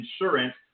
insurance